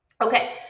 Okay